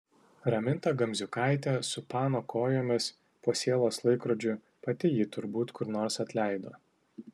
raminta gamziukaitė su pano kojomis po sielos laikrodžiu pati jį turbūt kur nors atleido